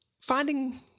finding